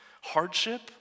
hardship